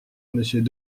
monsieur